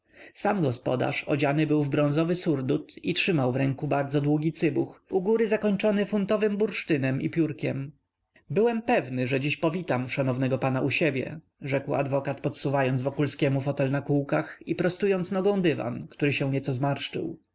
sam gospodarz odziany był w bronzowy surdut i trzymał w ręku bardzo długi cybuch u góry zakończony funtowym bursztynem i piórkiem byłem pewny że dziś powitam szanownego pana u siebie rzekł adwokat podsuwając wokulskiemu fotel na kółkach i prostując nogą dywan który się nieco zmarszczył